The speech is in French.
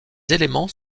éléments